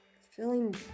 feeling